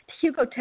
Hugo